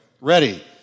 Ready